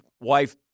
wife